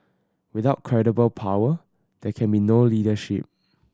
without credible power there can be no leadership